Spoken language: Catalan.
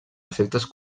efectes